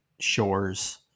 shores